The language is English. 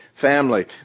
family